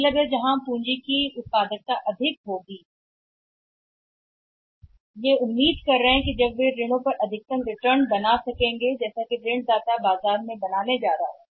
इसका मतलब है कि जहां पूंजी की उत्पादकता अधिक है जहां बैंक यह उम्मीद कर रहे हैं कि वे ऋण से या से अधिक से अधिक रिटर्न उत्पन्न करेंगे ऋणदाता बाजार में बनाने जा रहा है